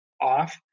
off